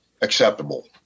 acceptable